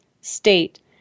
state